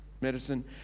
medicine